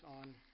on